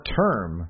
term